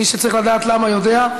מי שצריך לדעת למה יודע.